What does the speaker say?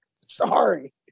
Sorry